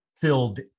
filled